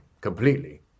completely